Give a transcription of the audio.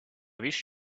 wish